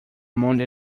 monday